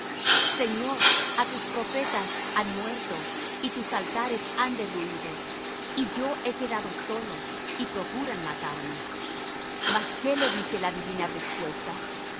señor á tus profetas han muerto y tus altares han derruído y yo he quedado solo y procuran matarme mas qué le dice la divina respuesta